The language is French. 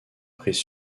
prise